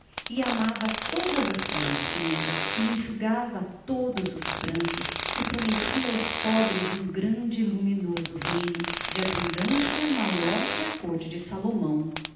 amava todas as criancinhas e enxugava todos os prantos e prometia aos pobres um grande e luminoso reino de abundância maior que a corte de salomão